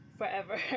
forever